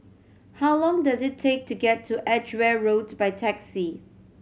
how long does it take to get to Edgeware Road by taxi